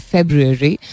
February